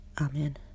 Amen